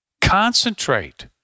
Concentrate